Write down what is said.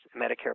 Medicare